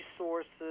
resources